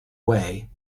way